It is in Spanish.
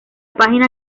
página